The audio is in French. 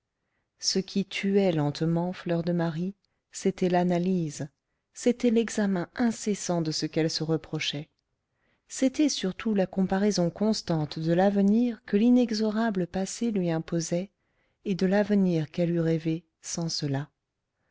ce qui tuait lentement fleur de marie c'était l'analyse c'était l'examen incessant de ce qu'elle se reprochait c'était surtout la comparaison constante de l'avenir que l'inexorable passé lui imposait et de l'avenir qu'elle eût rêvé sans cela